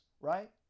right